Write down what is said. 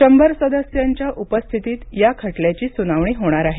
शंभर सदस्यांच्या उपस्थितीत या खटल्याची सुनावणी होणार आहे